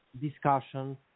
Discussion